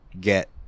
get